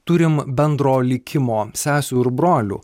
turim bendro likimo sesių ir brolių